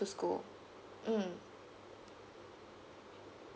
school mm